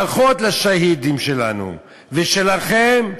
ברכות לשהידים שלנו ושלכם,